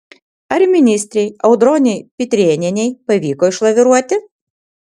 ar ministrei audronei pitrėnienei pavyko išlaviruoti